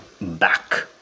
back